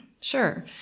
Sure